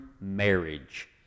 marriage